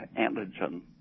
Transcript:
antigen